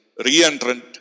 reentrant